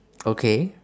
okay